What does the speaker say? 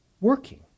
working